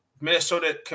Minnesota